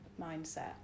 mindset